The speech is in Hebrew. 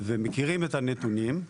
ואנחנו מכירים את הנתונים.